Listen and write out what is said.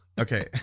Okay